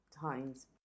times